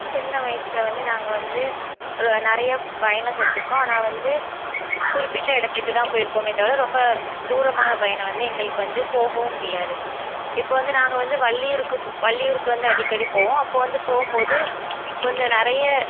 சின்ன வயசில் வந்து நாங்கள் வந்து நிறையா பயணம் செஞ்சுருக்கோம் ஆனால் வந்து குறிப்பிட்ட இடத்துக்கு தான் போயிருக்கிறோமே தவிர ரொம்ப தூரமான பயணம் வந்து எங்களுக்கு வந்து போகவும் முடியாது இப்போ வந்து நாங்கள் வந்து வள்ளியூருக் வள்ளியூருக்கு வந்து அடிக்கடி போவோம் அப்போ வந்து போகும்போது கொஞ்சம் நிறைய